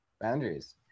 Boundaries